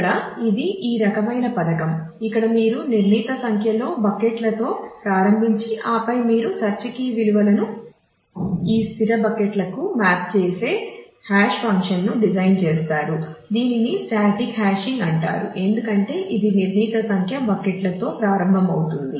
ఇప్పుడు ఇది ఈ రకమైన పథకం ఇక్కడ మీరు నిర్ణీత సంఖ్యలో బకెట్లతో ప్రారంభించి ఆపై మీరు సెర్చ్ కీ విలువలను ఈ స్థిర బకెట్లకు మ్యాప్ చేసే హాషింగ్ ఫంక్షన్ అంటారు ఎందుకంటే ఇది నిర్ణీత సంఖ్య బకెట్లతో ప్రారంభమవుతుంది